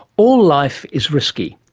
all life is risky,